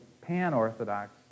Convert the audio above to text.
pan-orthodox